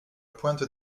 pointe